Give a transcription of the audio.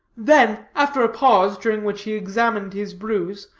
then, after a pause, during which he examined his bruise,